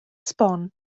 sbon